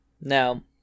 Now